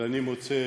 ואני מוצא